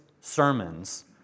sermons